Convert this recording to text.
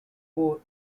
wore